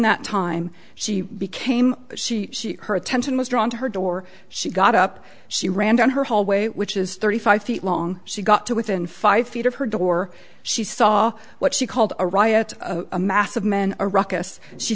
that time she became she her attention was drawn to her door she got up she ran down her hallway which is thirty five feet long she got to within five feet of her door she saw what she called a riot a mass of men a ruckus she